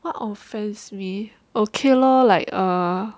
what offends me okay lor like err